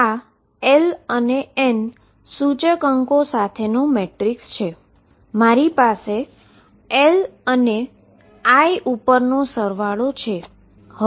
આ l અને n indices સાથેનો મેટ્રિક્સ એલીમેન્ટ છે મારી પાસે l અને I ઉપર નો સરવાળો છે